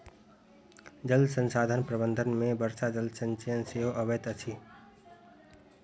जल संसाधन प्रबंधन मे वर्षा जल संचयन सेहो अबैत अछि